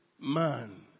man